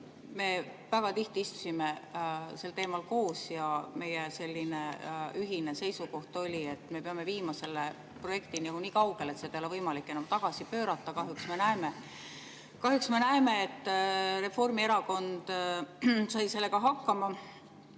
me väga tihti istusime sel teemal koos ja meie ühine seisukoht oli, et me peame viima selle projekti nii kaugele, et seda ei oleks enam võimalik tagasi pöörata. Kahjuks me näeme, et Reformierakond sai sellega hakkama.